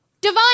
Divine